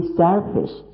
selfish